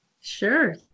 Sure